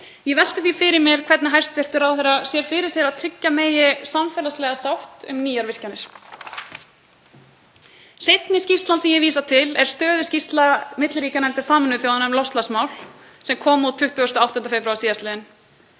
Ég velti því fyrir mér hvernig hæstv. ráðherra sér fyrir sér að tryggja megi samfélagslega sátt um nýjar virkjanir. Seinni skýrslan sem ég vísa til er stöðuskýrsla milliríkjanefndar Sameinuðu þjóðanna um loftslagsmál sem kom út 28. febrúar síðastliðinn.